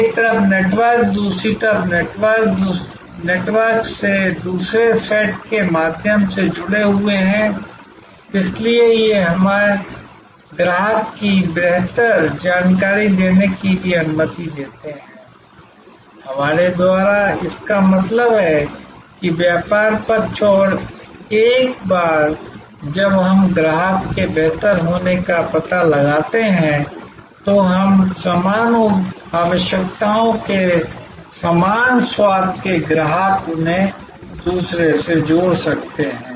एक तरफ नेटवर्क दूसरी तरफ नेटवर्क नेटवर्क के दूसरे सेट के माध्यम से जुड़े हुए हैं इसलिए ये हमें ग्राहक की बेहतर जानकारी देने की भी अनुमति देते हैं हमारे द्वारा इसका मतलब है कि हम व्यापार पक्ष और एक बार जब हम ग्राहक के बेहतर होने का पता लगाते हैं तो हम समान आवश्यकताओं के समान स्वाद के ग्राहक उन्हें दूसरे से जोड़ सकते हैं